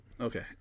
Okay